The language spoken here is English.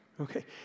Okay